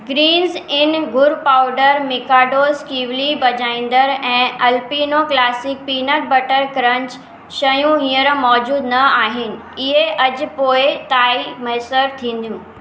Green's इन गुर powder Mikados किविली भजाईंदड़ ऐं अलपिनो क्लासिक पीनट बटर क्रंच शयूं हींअर मौजूदु न आहिनि इहे अॼु पोइ ताईं मुयसरु थींदियूं